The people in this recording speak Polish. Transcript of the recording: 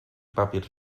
papier